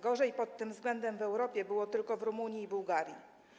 Gorzej pod tym względem w Europie było tylko w Rumunii i Bułgarii.